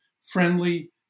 friendly